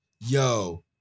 Yo